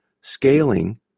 scaling